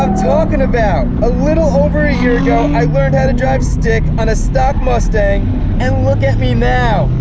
ah talking about! a little over a year ago, i learned how to drive stick on a stock mustang and look at me now!